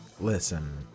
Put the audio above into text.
Listen